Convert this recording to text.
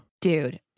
Dude